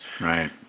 Right